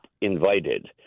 invited